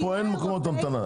אבל פה אין מקומות המתנה.